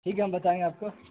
ٹھیک ہے ہم بتائیں گے آپ کو